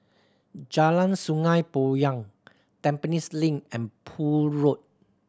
Jalan Sungei Poyan Tampines Link and Poole Road